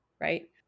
right